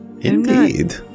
Indeed